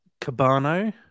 Cabano